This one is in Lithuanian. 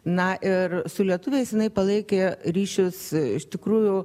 na ir su lietuviais jinai palaikė ryšius iš tikrųjų